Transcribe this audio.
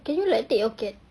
can you like take your cat